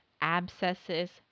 abscesses